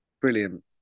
Brilliant